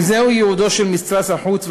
אם זהו ייעודו של משרד החוץ,